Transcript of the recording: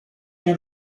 nie